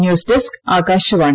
news desk Akashvani